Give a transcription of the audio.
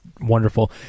wonderful